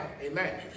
Amen